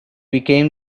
become